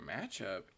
matchup